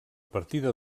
partida